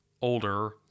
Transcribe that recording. older